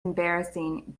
embarrassing